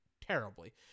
terribly